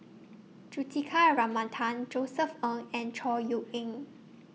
Juthika Ramanathan Josef Ng and Chor Yeok Eng